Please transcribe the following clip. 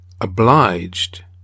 obliged